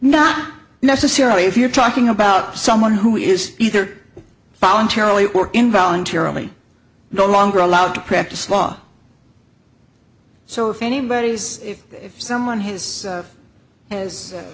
not necessarily if you're talking about someone who is either voluntarily or in voluntarily no longer allowed to practice law so if anybody's if someone his has